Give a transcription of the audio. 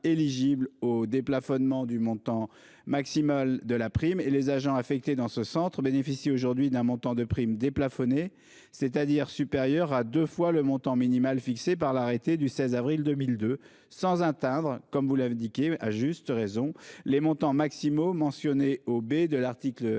au déplafonnement du montant maximal de la prime, et les agents affectés dans ce centre bénéficient aujourd'hui d'un montant de prime déplafonné, c'est-à-dire supérieur à deux fois le montant minimal fixé par l'arrêté du 16 avril 2002, sans atteindre, comme vous l'indiquez à juste raison, les montants maximaux figurant au b de l'article 2